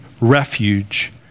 refuge